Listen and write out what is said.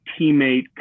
teammate